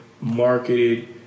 marketed